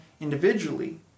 individually